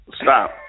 Stop